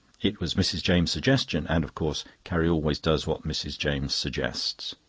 it was mrs. james' suggestion, and of course carrie always does what mrs. james suggests.